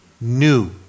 new